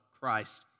Christ